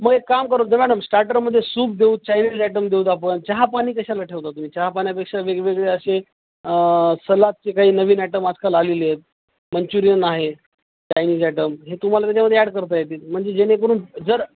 मग एक काम करत दं मॅडम स्टार्टरमध्ये सूप देऊ तर चायनीज आयटम देऊ तर आपण चहा पाणी कशाला ठेवता तुम्ही चहा पाण्यापेक्षा वेगवेगळे असे सलादचे काही नवीन आयटम आजकाल आलेले आहेत मंच्युरियन आहे चायनीज आयटम हे तुम्हाला त्याच्यामध्ये ॲड करता येतील म्हणजे जेणेकरून जर